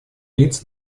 лиц